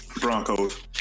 Broncos